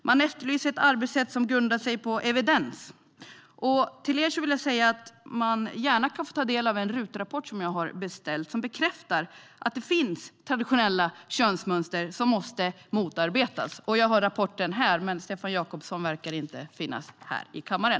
Man efterlyser ett arbetssätt som grundar sig på evidens. Till dem vill jag säga att de gärna får ta del av en RUT-rapport jag har beställt och som bekräftar att det finns traditionella könsmönster som måste motarbetas. Jag har rapporten här, men Stefan Jakobsson verkar inte finns kvar i kammaren.